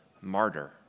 martyr